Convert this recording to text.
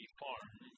farm